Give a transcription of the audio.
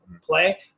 play